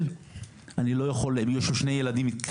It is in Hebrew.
יש לי שני ילדים,